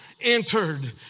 entered